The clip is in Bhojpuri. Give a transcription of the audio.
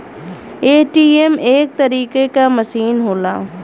ए.टी.एम एक तरीके क मसीन होला